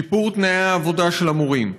שיפור תנאי העבודה של המורים,